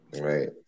Right